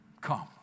come